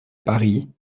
paris